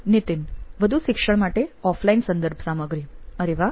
નીતિન વધુ શિક્ષણ માટે ઓફલાઇન સંદર્ભ સામગ્રી અરે વાહ